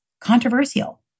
controversial